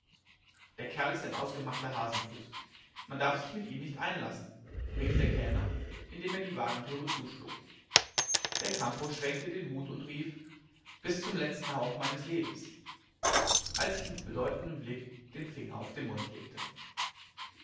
der kerl ist ein ausgemachter hasenfuß man darf sich mit ihm nicht viel einlassen rief der kellner indem er die wagentüre zuschlug belcampo schwenkte den hut und rief bis zum letzten hauch meines lebens als ich mit bedeutendem blick den finger auf den mund legte